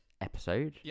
episode